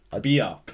beer